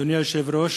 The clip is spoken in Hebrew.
אדוני היושב-ראש,